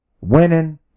Winning